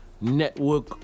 network